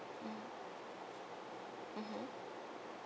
mm mmhmm